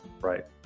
right